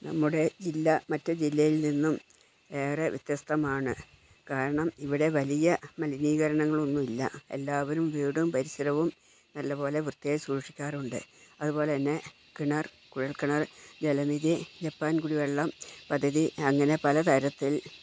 നമ്മുടെ ജില്ല മറ്റു ജില്ലയിൽ നിന്നും ഏറെ വ്യത്യസ്തമാണ് കാരണം ഇവിടെ വലിയ മലിനീകരണങ്ങൾ ഒന്നുമില്ല എല്ലാവരും വീടും പരിസരവും നല്ലപോലെ വൃത്തിയായി സൂക്ഷിക്കാറുണ്ട് അതുപോലെ തന്നെ കിണർ കുഴൽക്കിണർ ജലനിധി ജപ്പാൻ കുടിവെള്ളം പദ്ധതി അങ്ങനെ പല തരത്തിൽ